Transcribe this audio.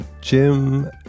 Jim